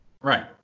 Right